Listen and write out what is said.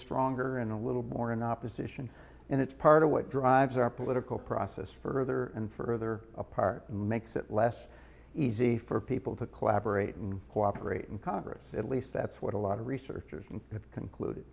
stronger and a little more in opposition and it's part of what drives our political process further and further apart and makes it less easy for people to collaborate and cooperate in congress at least that's what a lot of researchers have concluded